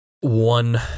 one